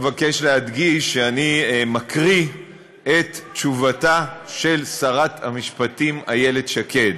אני מבקש להדגיש שאני מקריא את תשובתה של שרת המשפטים אילת שקד.